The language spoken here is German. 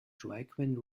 joaquin